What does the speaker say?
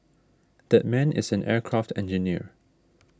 that man is an aircraft engineer